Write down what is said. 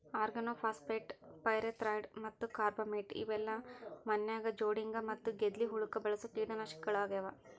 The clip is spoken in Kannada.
ಆರ್ಗನೋಫಾಸ್ಫೇಟ್, ಪೈರೆಥ್ರಾಯ್ಡ್ ಮತ್ತ ಕಾರ್ಬಮೇಟ್ ಇವೆಲ್ಲ ಮನ್ಯಾಗ ಜೊಂಡಿಗ್ಯಾ ಮತ್ತ ಗೆದ್ಲಿ ಹುಳಕ್ಕ ಬಳಸೋ ಕೇಟನಾಶಕಗಳಾಗ್ಯಾವ